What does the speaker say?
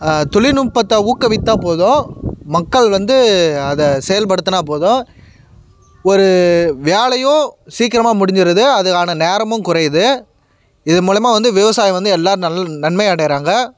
தொழில்நுட்பத்தை ஊக்கவித்தால் போதும் மக்கள் வந்து அதை செயல்படுத்தினா போதும் ஒரு வேலையும் சீக்கிரமா முடிஞ்சிடுது அது ஆனால் நேரமும் குறையுது இது மூலியமாக வந்து விவசாயி வந்து எல்லா நல்ல நன்மை அடையுறாங்க